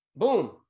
boom